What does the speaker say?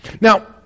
now